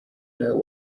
know